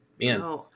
Man